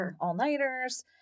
all-nighters